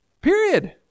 Period